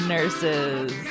Nurses